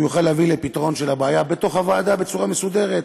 שהוא יוכל להביא לפתרון הבעיה בתוך הוועדה בצורה מסודרת.